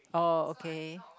oh okay